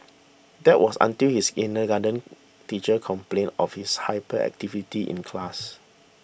that was until his kindergarten teachers complained of his hyperactivity in class